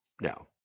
No